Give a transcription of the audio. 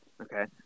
okay